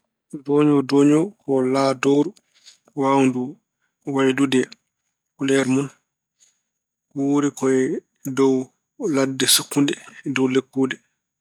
Dooño dooño ko laadooru waawndu wallude kuleer mun. Wuuri ko e dow ladde sukkundu, dow lekkuule.